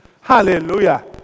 Hallelujah